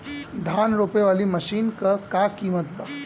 धान रोपे वाली मशीन क का कीमत बा?